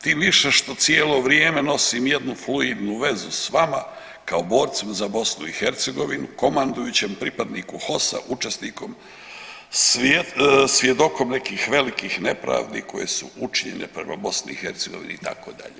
Tim više što cijelo vrijeme nosim jednu fluidnu vezu s vama kao borcem za BiH komandujećem pripadniku HOS-a učesnikom svjedokom nekih velikih nepravdi koje su učinjene prema BiH itd.